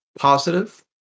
positive